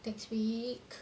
next week